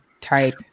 type